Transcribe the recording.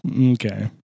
Okay